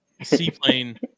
Seaplane